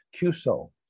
CUSO